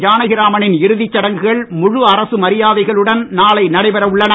ஜானகிராமனின் இறுதிச் சடங்குகள் முழு அரசு மரியாதைகளுடன் நாளை நடைபெற உள்ளன